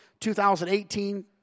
2018